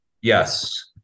Yes